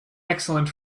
excellent